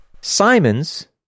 Simon's